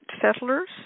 settlers